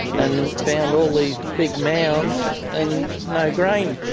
and found all these big mounds and no grain.